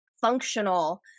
functional